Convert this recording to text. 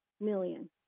million